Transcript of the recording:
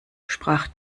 sprach